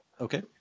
okay